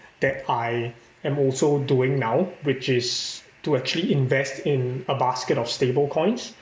that I am also doing now which is to actually invest in a basket of stable coins